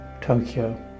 Tokyo